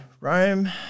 Rome